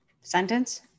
Sentence